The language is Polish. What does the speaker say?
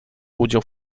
udział